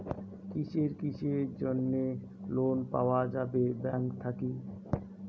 কিসের কিসের জন্যে লোন পাওয়া যাবে ব্যাংক থাকি?